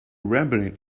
rambling